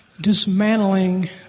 dismantling